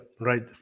right